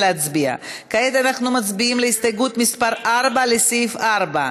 כעת אנחנו מצביעים על הסתייגות מס' 4 לסעיף 4,